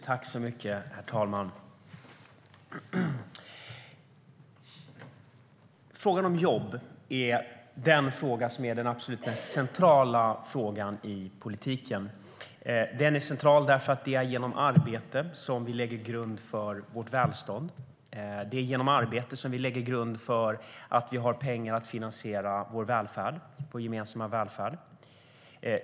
Herr talman! Frågan om jobb är den absolut mest centrala frågan i politiken. Den är central eftersom det är genom arbete som vi lägger grunden för vårt välstånd. Det är genom arbete som vi lägger grunden för att vi har pengar till att finansiera vår gemensamma välfärd.